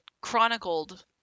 chronicled